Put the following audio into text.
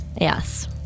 Yes